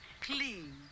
Clean